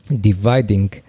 dividing